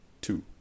Two